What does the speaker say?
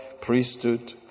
priesthood